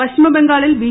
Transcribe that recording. പശ്ചിമബംഗാളിൽ ബി